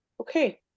okay